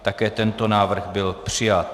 Také tento návrh byl přijat.